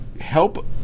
help